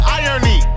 irony